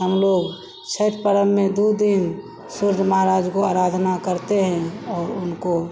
हमलोग छठ परब में दो दिन सूर्य महाराज की आराधना करते हैं और उनको